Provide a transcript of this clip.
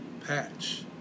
patch